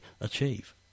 achieve